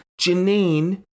Janine